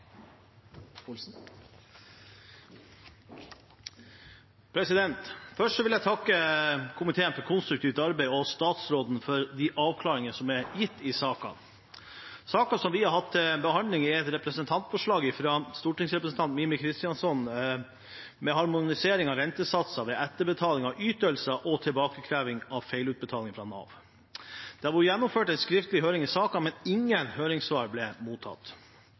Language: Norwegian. en taletid på inntil 3 minutter. Først vil jeg takke komiteen for et konstruktivt arbeid og statsråden for de avklaringene som er gitt i saken. Saken vi har hatt til behandling, er basert på et representantforslag fra stortingsrepresentant Mímir Kristjánsson om harmonisering av rentesatser ved etterbetaling av ytelser og tilbakekreving av feilutbetalinger fra Nav. Det har vært gjennomført en skriftlig høring i forbindelse med saken, men ingen høringssvar ble mottatt.